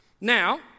Now